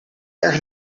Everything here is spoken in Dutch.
erg